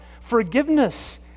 Forgiveness